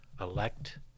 elect